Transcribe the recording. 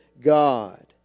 God